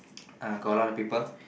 uh got a lot of people